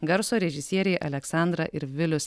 garso režisieriai aleksandra ir vilius